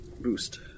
boost